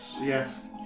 Yes